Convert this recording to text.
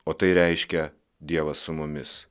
o tai reiškia dievas su mumis